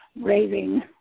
raving